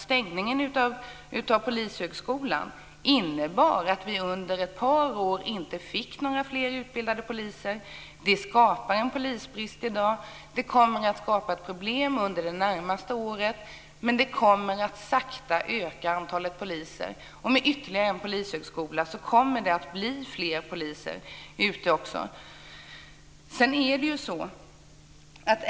Stängningen av polishögskolan innebar att vi under ett par år inte fick några fler utbildade poliser. Det skapade den polisbrist vi har i dag. Det kommer att skapa problem under det närmaste året, men antalet poliser kommer att sakta öka. Med ytterligare en polishögskola kommer det också att bli fler poliser ute.